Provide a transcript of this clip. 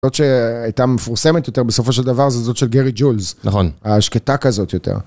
זאת שהייתה מפורסמת יותר בסופו של דבר, זו זאת של גרי ג'ולס. נכון. השקטה כזאת יותר.